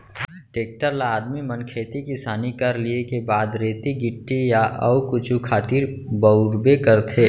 tractor ल आदमी मन खेती किसानी कर लिये के बाद रेती गिट्टी या अउ कुछु खातिर बउरबे करथे